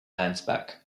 ansbach